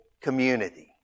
community